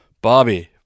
Bobby